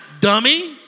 dummy